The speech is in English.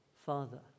Father